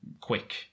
quick